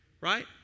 right